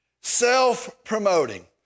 self-promoting